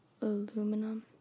aluminum